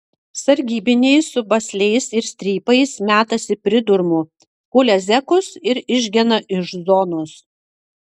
sargybiniai su basliais ir strypais metasi pridurmu kulia zekus ir išgena iš zonos